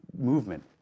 movement